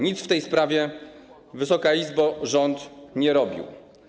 Nic w tej sprawie, Wysoka Izbo, rząd nie robił.